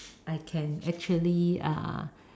I can actually uh